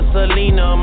Selena